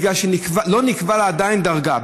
כי עדיין לא נקבעה לה דרגה.